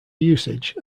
usage